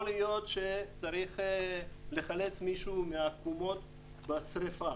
יכול להיות שצריך לחלץ מישהו מהקומות בשריפה